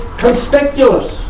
conspicuous